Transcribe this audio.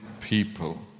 people